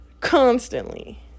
constantly